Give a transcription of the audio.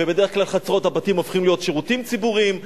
ובדרך כלל חצרות הבתים הופכות להיות שירותים ציבוריים,